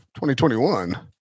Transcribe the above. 2021